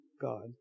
God